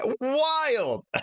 wild